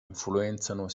influenzano